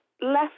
left